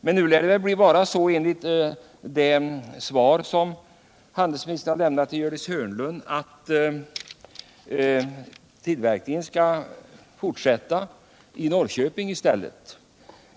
Men nu lär det vara så, enligt det svar som handelsministern lämnat till Gördis Hörnlund, att tillverkningen skall fortsätta i Norrköping i stället.